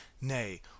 Nay